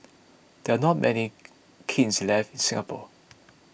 there are not many kilns left in Singapore